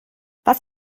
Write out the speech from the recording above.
was